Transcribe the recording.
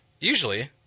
Usually